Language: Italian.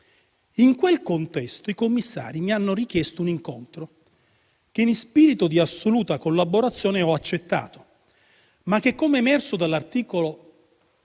In quel contesto, i commissari mi hanno richiesto un incontro che, in spirito di assoluta collaborazione, ho accettato, ma che, come emerso dall'articolo